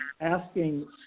asking